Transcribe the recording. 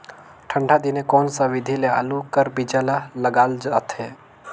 ठंडा दिने कोन सा विधि ले आलू कर बीजा ल लगाल जाथे?